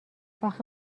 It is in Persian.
اخه